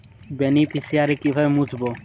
Beneficiary কিভাবে মুছব?